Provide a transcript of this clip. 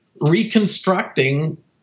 reconstructing